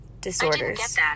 disorders